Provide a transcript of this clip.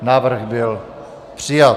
Návrh byl přijat.